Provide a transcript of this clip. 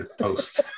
post